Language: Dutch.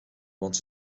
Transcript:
want